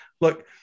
look